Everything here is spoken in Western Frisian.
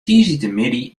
tiisdeitemiddei